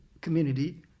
community